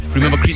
Remember